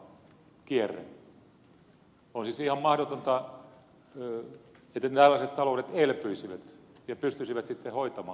on siis ihan mahdotonta että tällaiset taloudet elpyisivät ja pystyisivät sitten hoitamaan lainansa